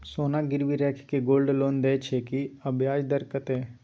सोना गिरवी रैख के गोल्ड लोन दै छियै की, आ ब्याज दर कत्ते इ?